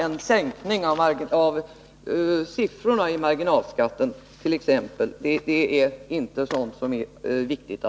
en sänkning av siffrorna i marginalskatten. Det är inte saker av den sorten som är viktiga.